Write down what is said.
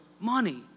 money